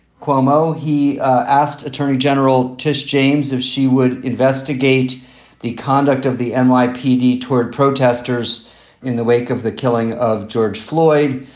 cuomo, he asked attorney general tish james if she would investigate the conduct of the and nypd toward protesters in the wake of the killing of george floyd.